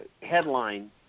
headline